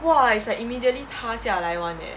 !wah! it's like immediately 塌下来 [one] leh